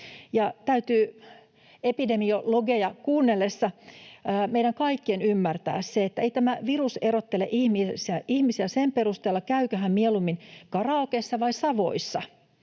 Epidemiologeja kuunnellessa täytyy meidän kaikkien ymmärtää se, että ei tämä virus erottele ihmisiä sen perusteella, käyvätkö he mieluummin karaokessa vai Savoyssa,